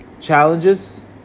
challenges